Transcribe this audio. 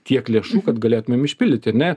tiek lėšų kad galėtumėm išpildyti ar ne